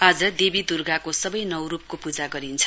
आज देवी दुर्गाको सवै नौ रुपको पूजा गरिन्छ